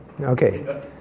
Okay